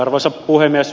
arvoisa puhemies